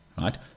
right